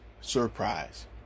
Surprise